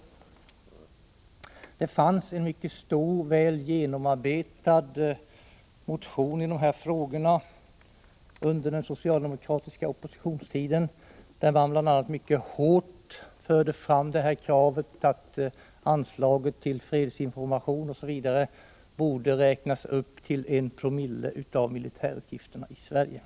Under den socialdemokratiska oppositionstiden väcktes det en mycket stor, väl genomarbetad motion i dessa frågor, där socialdemokraterna bl.a. mycket hårt förde fram kravet att anslaget till fredsinformation borde räknas upp till I Joo av militärutgifterna i Sverige.